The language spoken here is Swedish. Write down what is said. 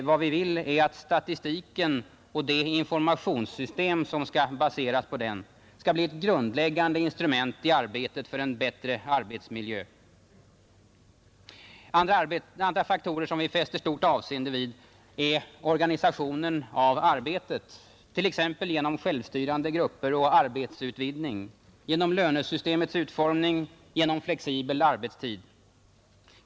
Vad vi vill är att statistiken och det informationssystem som skall baseras på den blir ett grundläggande instrument i arbetet för en bättre arbetsmiljö. Andra faktorer som vi fäster stort avseende vid är organisationen av arbetet, t.ex. genom självstyrande grupper och arbetsutbildning, genom lönesystemets utformning och genom flexibel arbetstid.